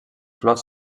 flors